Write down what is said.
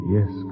Yes